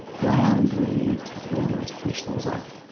i am going to need to find a way to finish those off.